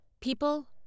People